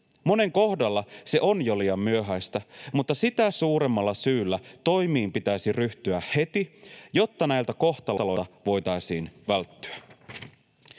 Monen kohdalla se on jo liian myöhäistä, mutta sitä suuremmalla syyllä toimiin pitäisi ryhtyä heti, jotta näiltä kohtaloilta voitaisiin välttyä.